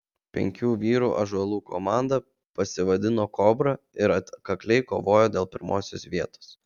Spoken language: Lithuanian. penkių vyrų ąžuolų komanda pasivadino kobra ir atkakliai kovojo dėl pirmosios vietos